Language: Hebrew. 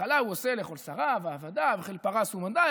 בהתחלה הוא עושה לכל שריו ועבדיו וחיל פרס ומדי,